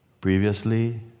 Previously